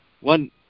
one